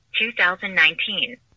2019